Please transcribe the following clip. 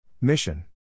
Mission